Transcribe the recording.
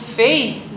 faith